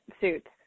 suits